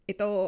Ito